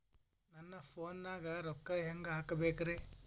ನನ್ನ ಫೋನ್ ನಾಗ ರೊಕ್ಕ ಹೆಂಗ ಹಾಕ ಬೇಕ್ರಿ?